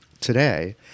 today